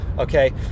Okay